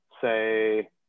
say